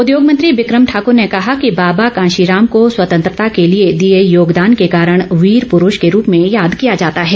उद्योग मंत्री बिक्रम ठाकुर ने कहा कि बाबा कांशीराम को स्वतंत्रता के लिए दिए योगदान के कारण वीर प्ररूष के रूप में याद किया जाता है